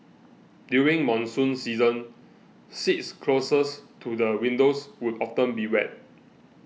during monsoon season seats closest to the windows would often be wet